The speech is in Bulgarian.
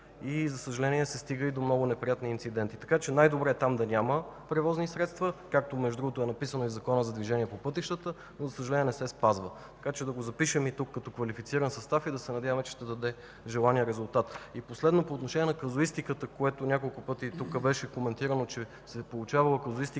и, за съжаление, се стига и до много неприятни инциденти. Така че най-добре е там да няма превозни средства, както между другото е написано и в Закона за движение по пътищата, но, за съжаление, не се спазва. Да го запишем и тук като квалифициран състав и да се надяваме, че ще даде желания резултат. Последно, по отношение на казуистиката, което беше коментирано тук няколко пъти – че се получавала казуистика